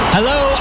Hello